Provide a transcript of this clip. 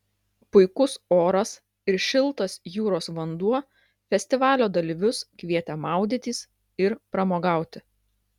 puikus oras ir šiltas jūros vanduo festivalio dalyvius kvietė maudytis ir pramogauti